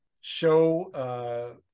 show